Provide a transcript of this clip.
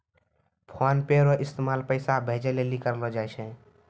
PhonePe रो इस्तेमाल पैसा भेजे लेली करलो जाय छै